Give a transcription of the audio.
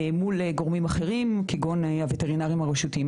מול גורמים אחרים כגון: הווטרינרים הרשותיים.